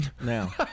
now